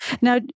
Now